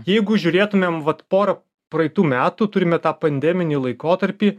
jeigu žiūrėtumėm vat porą praeitų metų turime tą pandeminį laikotarpį